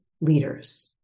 leaders